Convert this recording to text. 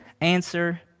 answer